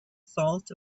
salt